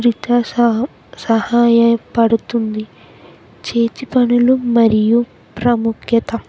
రత సహ సహాయపడుతుంది చేతి పనులు మరియు ప్రాముఖ్యత